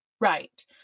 Right